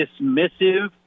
dismissive